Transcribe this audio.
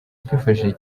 twifashishije